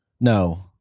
No